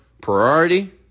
priority